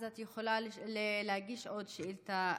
אז את יכולה להגיש שאילתה נוספת,